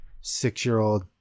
six-year-old